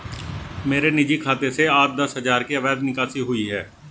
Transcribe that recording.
मेरे निजी खाते से आज दस हजार की अवैध निकासी हुई है